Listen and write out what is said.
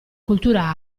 cultura